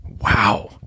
wow